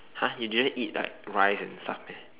!huh! you didn't eat like rice and stuff meh